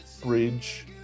bridge